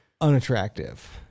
unattractive